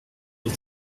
les